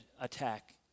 attack